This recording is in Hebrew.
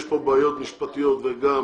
יש פה בעיות משפטיות, וגם